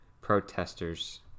protesters